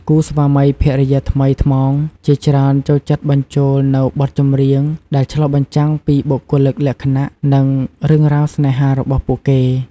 គូស្វាមីភរិយាថ្មីថ្មោងជាច្រើនចូលចិត្តបញ្ចូលនូវបទចម្រៀងដែលឆ្លុះបញ្ចាំងពីបុគ្គលិកលក្ខណៈ និងរឿងរ៉ាវស្នេហារបស់ពួកគេ។